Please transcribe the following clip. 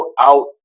out